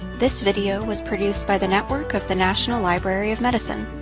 this video was produced by the network of the national library of medicine.